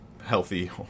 healthy